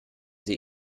sie